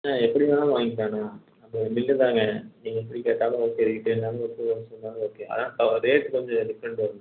எப்படி வேணுனாலும் வாங்கிக்கலாம்ண்ணா அது மில்லு தான்ங்க நீங்கள் எப்படி கேட்டாலும் ஓகே ரீட்டெயிலுனாலும் ஓகே ஹோல்சேலுனாலும் ஓகே ஆனால் ரேட் கொஞ்சம் டிஃப்ரெண்ட் வரும்ண்ணா